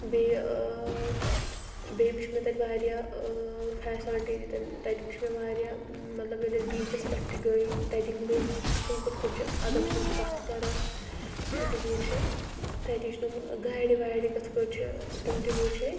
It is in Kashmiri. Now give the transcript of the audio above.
بیٚیہِ ٲں بیٚیہِ وُچھ مےٚ تَتہِ واریاہ ٲں فیسلٹی تہِ تَمہِ تَتہِ وُچھ مےٚ واریاہ مطلب ییٚلہِ أسۍ بیٖچس پٮ۪ٹھ تہِ گٔے تَتِکۍ لوٗکھ تِم کِتھ کٲٹھۍ چھِ ادب سان کَتھ کَران تِتہِ وُچھ اسہِ تَتِچۍ نوٚم گاڑِ واڑِ کِتھ کٲٹھۍ چھِ تِم تہِ وُچھ اسہِ